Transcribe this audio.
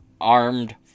Armed